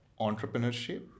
entrepreneurship